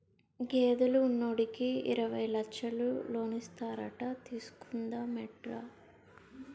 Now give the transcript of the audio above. గేదెలు ఉన్నోడికి యిరవై లచ్చలు లోనిస్తారట తీసుకుందా మేట్రా